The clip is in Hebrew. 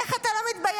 איך אתה לא מתבייש,